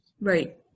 Right